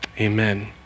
Amen